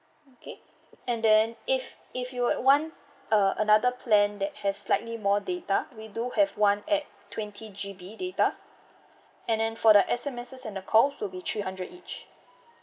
okay and then if if you would want uh another plan that has slightly more data we do have one at twenty G_B data and then for the S_M_Ss and the call will be three hundred each